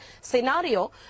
scenario